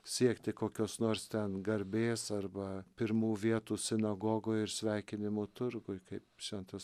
siekti kokios nors ten garbės arba pirmų vietų sinagogoj ir sveikinimų turguj kaip šventas